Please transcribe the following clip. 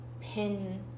pin